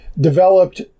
developed